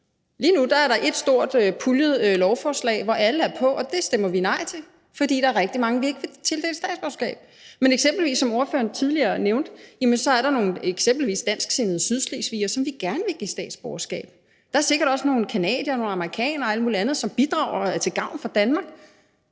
Lige nu er der ét stort puljet lovforslag, hvor alle er på, og det stemmer vi nej til, fordi der er rigtig mange, vi ikke vil tildele statsborgerskab. Men som hr. Christian Juhl nævnte tidligere, er der eksempelvis dansksindede sydslesvigere, som vi gerne vil give statsborgerskab. Der er sikkert også nogle canadiere, nogle amerikanere og alle mulige andre, som bidrager og er til gavn for Danmark,